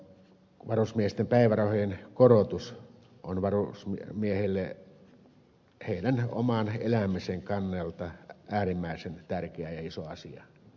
varusmiesten päivärahojen korotus on heidän oman elämisensä kannalta äärimmäisen tärkeä ja iso asia